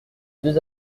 deux